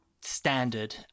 standard